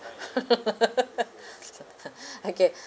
okay